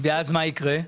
ואז מה יקרה?